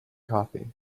coffee